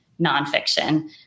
nonfiction